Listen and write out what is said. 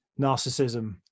narcissism